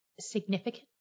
significant